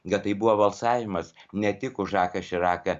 kad tai buvo balsavimas ne tik už žaką širaką